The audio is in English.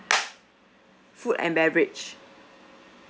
food and beverage